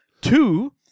Two